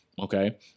Okay